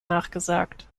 nachgesagt